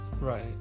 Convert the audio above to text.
Right